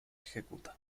ejecuta